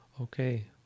Okay